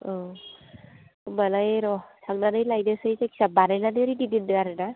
औ होनबालाय र' थांनानै लायनोसै जायखिया बानायनानै रेडि दोनदो आरो ना